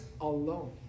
alone